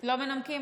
לא מנמקים.